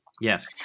Yes